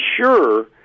sure